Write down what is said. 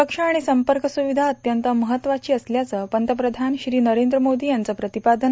सुरक्षा आणि संपर्क सुविधा अत्यंत महत्वाची असल्याचं पंतप्रधान श्री नरेंद्र मोदी यांचं प्रतिपादन